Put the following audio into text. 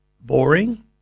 boring